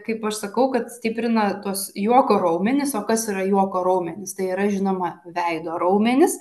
kaip ir sakau kad stiprina tuos juoko raumenis o kas yra juoko raumenys tai yra žinoma veido raumenis